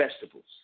vegetables